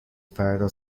فردا